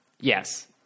yes